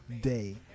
day